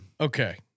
Okay